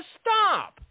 stop